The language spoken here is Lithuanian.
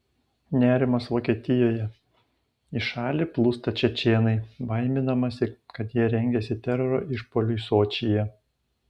nerimas vokietijoje į šalį plūsta čečėnai baiminamasi kad jie rengiasi teroro išpuoliui sočyje